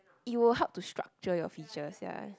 it will help to structure your features ya